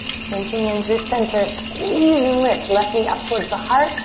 cinching in through center. squeeze and lift. left knee up towards the heart.